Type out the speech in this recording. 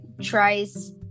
tries